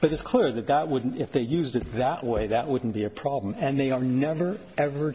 but it's clear that that wouldn't if they used it that way that wouldn't be a problem and they are never ever